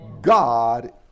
God